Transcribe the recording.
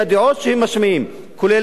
כולל לגבי מגוון היישובים,